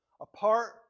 Apart